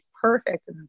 perfect